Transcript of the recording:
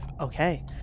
Okay